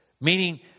Meaning